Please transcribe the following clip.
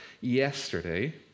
yesterday